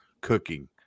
cooking